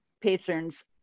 patrons